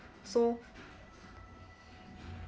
so